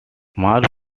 kills